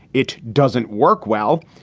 it doesn't work. well,